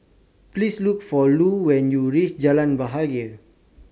Please Look For Lu when YOU REACH Jalan Bahagia